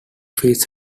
his